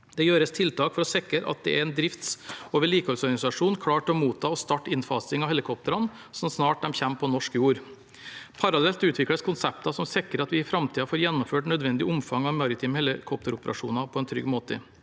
Det gjøres tiltak for å sikre at det står en drifts- og vedlikeholdsorganisasjon klar til å motta og starte innfasing av helikoptrene så snart de kommer på norsk jord. Parallelt utvikles konsepter som sikrer at vi i framtiden får gjennomført nødvendig omfang av maritime helikopteroperasjoner på en trygg måte.